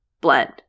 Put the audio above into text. blend